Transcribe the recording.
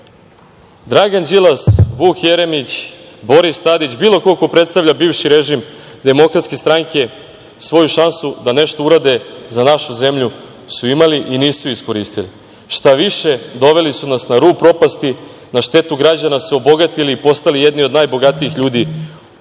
Dragan Đilas, Vuk Jeremić, Boris Tadić, bilo ko predstavlja bivši režim Demokratske stranke, svoju šansu da nešto urade za našu zemlju su imali i nisu iskoristili. Štaviše doveli su nas na rub propasti, na štetu građana se obogatili i postali jedni od najbogatijih ljudi